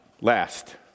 last